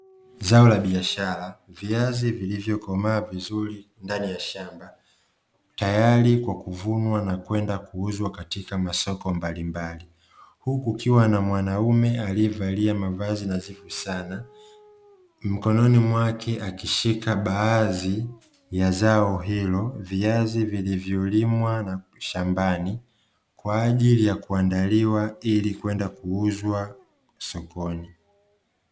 Zao la biashara. Viazi vilivyokomaa vizuri ndani ya shamba tayari kwa kuvunwa na kwenda kuuzwa katika masoko mbalimbali. Huku kukiwa na mwanaume aliyevalia mavazi nadhifu sana, mkononi mwake akishika baadhi ya zao hilo; viazi vilivyolimwa na mshambani kwa ajili ya kuandaliwa ili kwenda kuuzwa sokoni